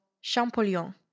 Champollion